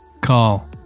call